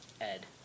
ed